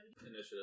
Initiative